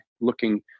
looking